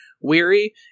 weary